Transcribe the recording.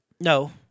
No